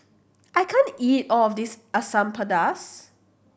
I can't eat all of this Asam Pedas